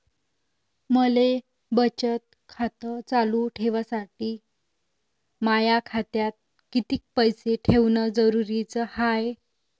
मले बचत खातं चालू ठेवासाठी माया खात्यात कितीक पैसे ठेवण जरुरीच हाय?